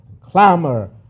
clamor